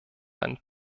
ein